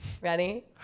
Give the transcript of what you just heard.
ready